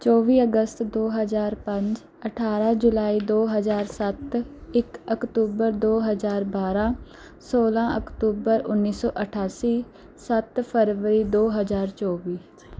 ਚੌਵੀ ਅਗਸਤ ਦੋ ਹਜ਼ਾਰ ਪੰਜ ਅਠਾਰਾਂ ਜੁਲਾਈ ਦੋ ਹਜ਼ਾਰ ਸੱਤ ਇੱਕ ਅਕਤੂਬਰ ਦੋ ਹਜ਼ਾਰ ਬਾਰਾਂ ਸੌਲਾਂ ਅਕਤੂਬਰ ਉੱਨੀ ਸੌ ਅਠਾਸੀ ਸੱਤ ਫਰਵਰੀ ਦੋ ਹਜ਼ਾਰ ਚੌਵੀ